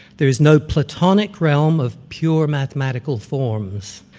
there's no platonic realm of pure mathematical forms,